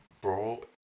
Bro